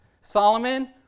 Solomon